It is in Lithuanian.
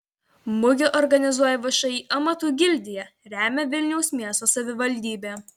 mugę organizuoja všį amatų gildija remia vilniaus miesto savivaldybė